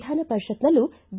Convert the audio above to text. ವಿಧಾನಪರಿಷತ್ನಲ್ಲೂ B